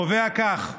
קובע כך: